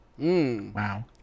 Wow